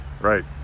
Right